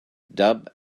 dub